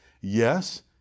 Yes